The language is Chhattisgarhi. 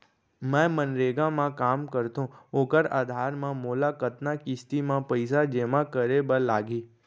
मैं मनरेगा म काम करथो, ओखर आधार म मोला कतना किस्ती म पइसा जेमा करे बर लागही?